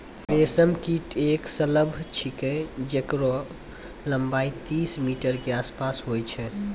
रेशम कीट एक सलभ छिकै जेकरो लम्बाई तीस मीटर के आसपास होय छै